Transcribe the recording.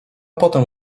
potem